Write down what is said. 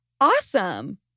Awesome